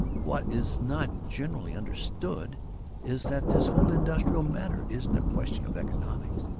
what is not generally understood is that this whole industrial matter isn't a question of economics.